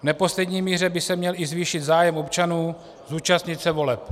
V neposlední míře by se měl i zvýšit zájem občanů, zúčastnit se voleb.